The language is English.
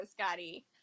Scotty